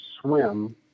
swim